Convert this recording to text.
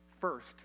first